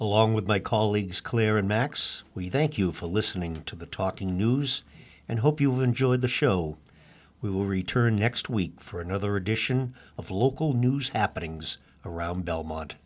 along with my colleagues claire and max we thank you for listening to the talking news and hope you enjoyed the show we will return next week for another edition of local news happenings around belmont